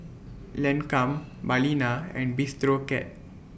Lancome Balina and Bistro Cat